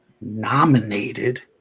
nominated